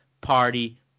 party